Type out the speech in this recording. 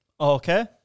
Okay